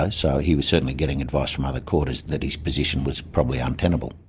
and so he was certainly getting advice from other quarters that his position was probably untenable.